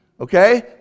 okay